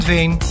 Veen